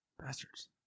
Bastards